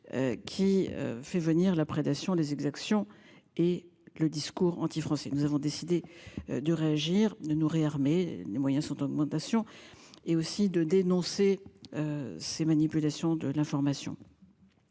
Qui fait venir la prédation des exactions et le discours anti-antifrançais. Nous avons décidé de réagir. Ne nous réarmer les moyens sont en augmentation et aussi de dénoncer. Ces manipulations de l'information.